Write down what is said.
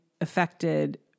affected